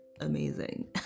amazing